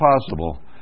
possible